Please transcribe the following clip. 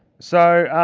so,